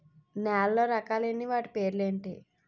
నేలలో రకాలు ఎన్ని వాటి పేర్లు ఏంటి?